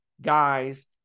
guys